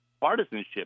partisanship